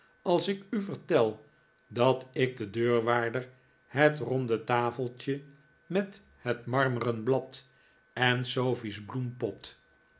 als ik u vertel dat ik den deurwaarder het ronde tafeltje met het marmeren blad en sofie's bloempot